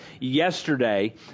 Yesterday